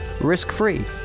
risk-free